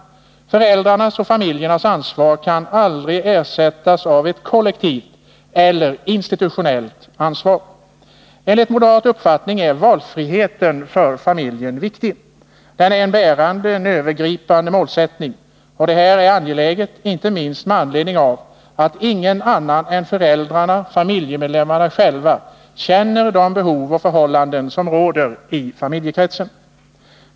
Föräldrarnas och familjens ansvar kan aldrig ersättas av ett kollektivt eller institutionellt ansvar. Enligt moderat uppfattning är valfriheten för familjen viktig. Den är en bärande och övergripande målsättning. Detta är angeläget, inte minst med anledning av att ingen annan än föräldrarna och familjemedlemmarna själva känner de behov och förhållanden som råder i familjekretsen.